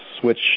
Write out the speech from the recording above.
switch